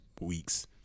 weeks